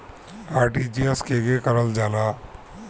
RTGS केगा करलऽ जाला?